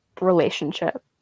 relationship